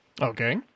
Okay